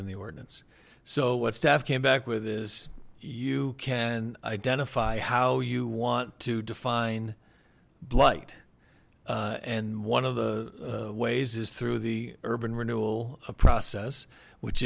in the ordinance so what staff came back with is you can identify how you want to define blight and one of the ways is through the urban renewal a process which